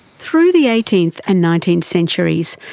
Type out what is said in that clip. through the eighteenth and nineteenth centuries,